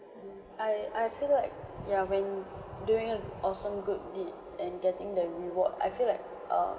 I I feel like ya when doing an awesome good deed and getting the reward I feel like um